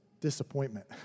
disappointment